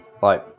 Bye